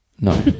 No